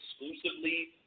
exclusively